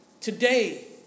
Today